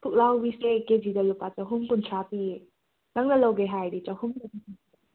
ꯄꯨꯛꯂꯥꯎꯕꯤꯁꯦ ꯀꯦꯖꯤꯗ ꯂꯨꯄꯥ ꯆꯍꯨꯝꯀꯨꯟꯊ꯭ꯔꯥ ꯄꯤꯌꯦ ꯅꯪꯅ ꯂꯧꯒꯦ ꯍꯥꯏꯔꯗꯤ ꯆꯍꯨꯝꯗ ꯄꯤꯒꯦ